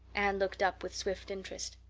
anne looked up with swift interest.